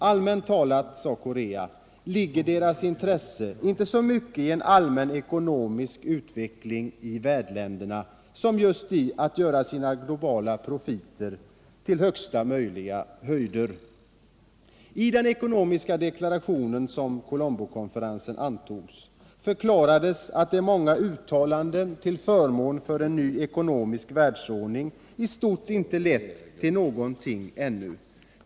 Allmänt talat, sade Corea, ”ligger deras intressen inte så mycket i en allmän ekonomisk utveckling i värdländerna som i att öka sina globala profiter till högsta möjliga höjder”. I den ekonomiska deklaration som Colombokonferensen antog förklarades att de många uttalandena till förmån för en ny ekonomisk världsordning i stort sett inte lett till någonting ännu.